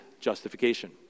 justification